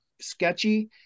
sketchy